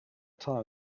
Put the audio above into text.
time